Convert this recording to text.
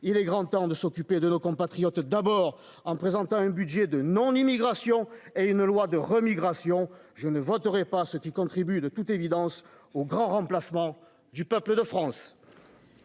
il est grand temps de s'occuper de nos compatriotes d'abord en présentant un budget de non, l'immigration est une loi de remigration je ne voterai pas, ce qui contribue, de toute évidence au grand remplacement du peuple de France.